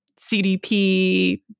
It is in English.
CDP